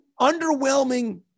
underwhelming